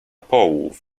połów